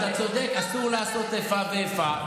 אסור לעשות איפה ואיפה,